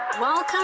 Welcome